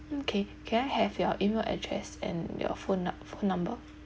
mm okay can I have your email address and your phone nu~ phone number